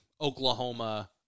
Oklahoma